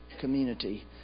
community